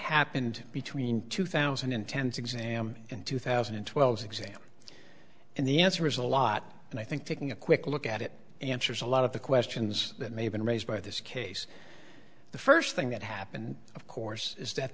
happened between two thousand and ten exam and two thousand and twelve exam and the answer is a lot and i think taking a quick look at it answers a lot of the questions that may have been raised by this case the first thing that happened of course is that